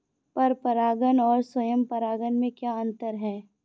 पर परागण और स्वयं परागण में क्या अंतर है?